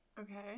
Okay